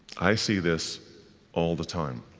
i see this all the time.